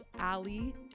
ali